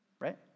right